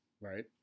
right